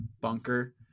bunker